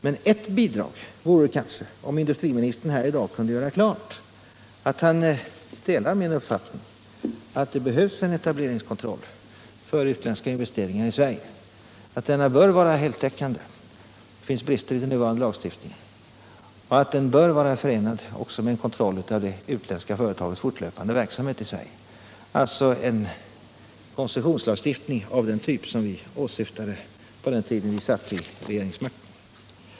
Men ett bidrag till klarhet vore det kanske om industriministern i dag kunde göra klart att han delar min uppfattning att det behövs en etableringskontroll för utländska investeringar i Sverige, att denna bör vara heltäckande — det finns brister i den nuvarande lagstiftningen —- och att den också bör vara förenad med kontroll av de utländska företagens fortlöpande verksamhet i Sverige, alltså en koncessionslagstiftning av den typ som vi åsyftade på den tiden när vi satt i regeringsmakten.